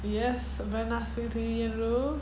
yes when asked me to euro